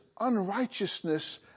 unrighteousness